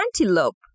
antelope